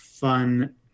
fun